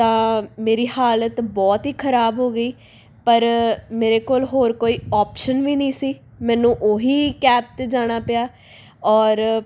ਤਾਂ ਮੇਰੀ ਹਾਲਤ ਬਹੁਤ ਹੀ ਖਰਾਬ ਹੋ ਗਈ ਪਰ ਮੇਰੇ ਕੋਲ ਹੋਰ ਕੋਈ ਆਪਸ਼ਨ ਵੀ ਨਹੀਂ ਸੀ ਮੈਨੂੰ ਉਹੀ ਕੈਬ 'ਤੇ ਜਾਣਾ ਪਿਆ ਔਰ